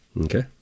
Okay